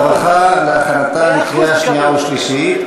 הרווחה והבריאות נתקבלה.